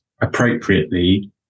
appropriately